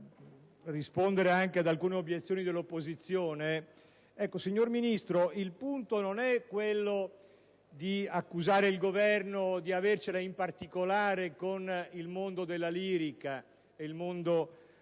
il punto non è quello di accusare il Governo di avercela in particolare con il mondo della lirica e dell'opera: